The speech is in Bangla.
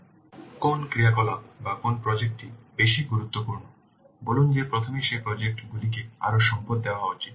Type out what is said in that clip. সুতরাং কোন ক্রিয়াকলাপ বা কোন প্রজেক্ট টি বেশি গুরুত্বপূর্ণ বলুন যে প্রথমে সেই প্রজেক্ট গুলিকে আরও সম্পদ দেওয়া উচিত